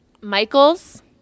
Michaels